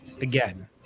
again